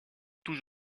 tout